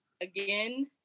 again